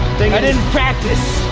i didn't practice.